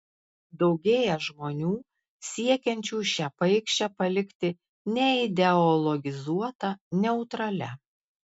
daugėja žmonių siekiančių šią paikšę palikti neideologizuota neutralia